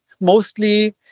mostly